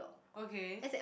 okay